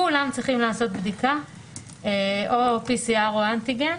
כולם צריכים לעשות בדיקה או PCR או אנטיגן